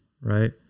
right